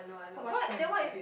how much time you spend